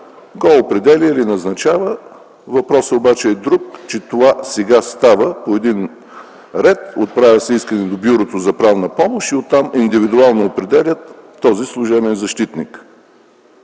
го определя или назначава. Въпросът обаче е друг. Това сега става по един ред – отправя се искане до Бюрото за правна помощ и оттам индивидуално определят този служебен защитник.